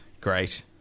Great